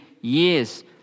years